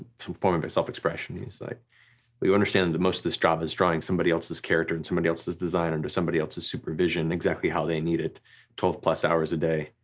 form of self-expression, he's like but you understand that most of this job is drawing somebody else's character in somebody else's design under somebody else's supervision exactly how they need it twelve plus hours a day.